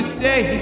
say